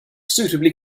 suitably